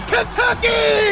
Kentucky